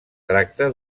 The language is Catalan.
tracta